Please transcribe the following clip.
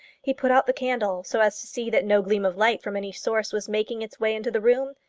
he put out the candle so as to see that no gleam of light from any source was making its way into the room,